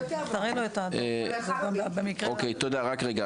דקלה הראל,